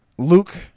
Luke